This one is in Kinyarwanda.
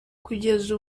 kugeza